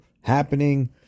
happening